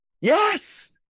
Yes